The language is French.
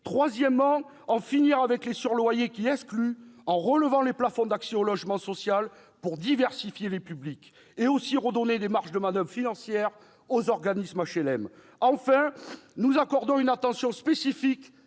Troisièmement : en finir avec les surloyers qui excluent, en relevant les plafonds d'accès au logement social pour diversifier les publics, et aussi redonner des marges de manoeuvre financières aux organismes d'HLM. Enfin, nous accordons une attention spécifique